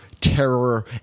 terror